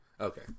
Okay